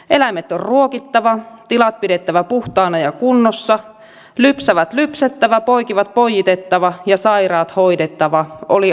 eläimet on ruokittava tilat pidettävä puhtaina ja kunnossa lypsävät lypsettävä poikivat poiitettava ja sairaat hoidettava oli arki tai pyhä